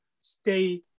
stay